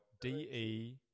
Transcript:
D-E